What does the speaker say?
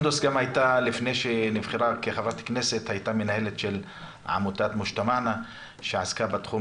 לפני שהיא נבחרה כחברת כנסת הייתה מנהלת של עמותת מוג'תמענא שעסקה בתחום